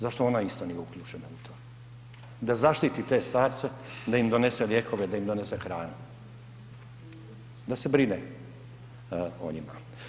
Zašto ona isto nije uključena u to da zaštiti te starce, da im donese lijekove, da im donese hranu, da se brine o njima?